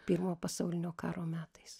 pirmojo pasaulinio karo metais